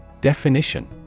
Definition